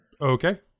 Okay